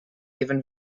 given